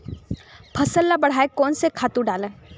फसल ल बढ़ाय कोन से खातु डालन?